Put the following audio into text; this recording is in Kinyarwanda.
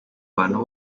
bantu